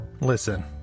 Listen